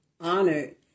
honored